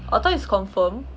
I thought it's confirm